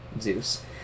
Zeus